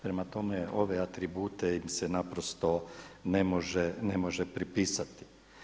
Prema tome ove atribute im se naprosto ne može pripisati.